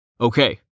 Okay